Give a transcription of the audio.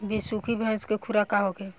बिसुखी भैंस के खुराक का होखे?